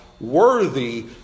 worthy